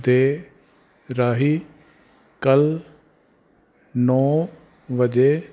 ਦੇ ਰਾਹੀਂ ਕੱਲ ਨੌਂ ਵਜੇ